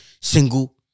single